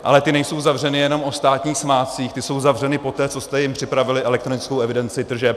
Ale ty nejsou zavřené jenom o státních svátcích, ty jsou zavřené poté, co jste jim připravili elektronickou evidenci tržeb.